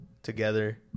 Together